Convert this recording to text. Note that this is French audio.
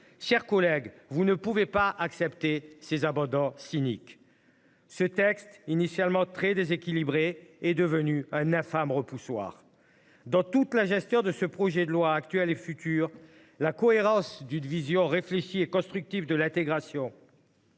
chers collègues, vous ne pouvez pas accepter ces abandons cyniques. Ce texte, initialement très déséquilibré, est devenu un infâme repoussoir. Dans toute la gestion de ce projet de loi, actuelle et future, la cohérence d’une vision réfléchie et constructive de l’intégration